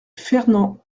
fernand